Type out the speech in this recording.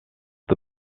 the